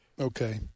Okay